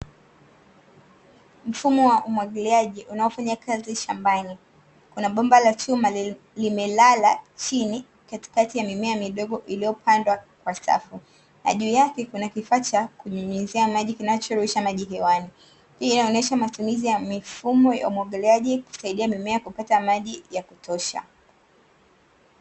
Mfumo wa umwagiliaji unaofanya kazi shambani. Kuna bomba la chuma limelala chini katikati ya mimea midogo iliyopandwa kwa safu na juu yake kuna kifaa cha kunyunyizia maji kinachorusha maji hewani. Hii inaonyesha matumizi ya mifumo ya umwagiliaji kusaidia mimea kupata maji ya kutosha.